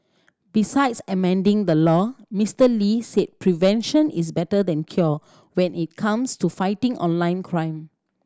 besides amending the law Mister Lee said prevention is better than cure when it comes to fighting online crime